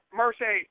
mercy